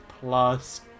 plus